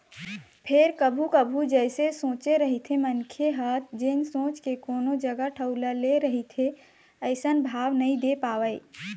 फेर कभू कभू जइसे सोचे रहिथे मनखे ह जेन सोच के कोनो जगा ठउर ल ले रहिथे अइसन भाव नइ दे पावय